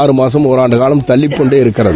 ஆறுமாதம் ஓராண்டு காலம் தள்ளிக் கொண்டே இருக்கிறது